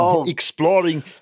exploring